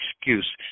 excuse